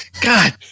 God